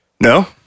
No